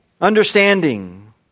Understanding